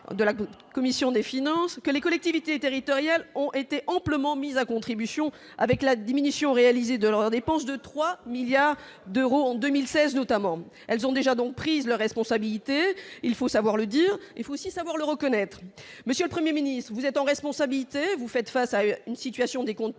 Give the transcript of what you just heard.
commission des finances que les collectivités territoriales ont été amplement mise à contribution avec la diminution réalisé de leurs dépenses de 3 milliards d'euros en 2016 notamment, elles ont déjà donc prise la responsabilité, il faut savoir le dire, il faut aussi savoir le reconnaître monsieur le 1er ministre vous êtes en responsabilité, vous faites face à une situation des comptes publics,